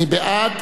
מי בעד?